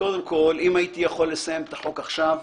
אם הייתי יכול לסיים את החוק עכשיו,